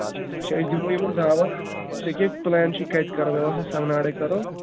اچھا أسۍ دِمو یِمن دعوت ژےٚ کیٛاہ پٕلین چھُے کَتہِ کَرو مےٚ باسان سٮ۪مناڑَے کرو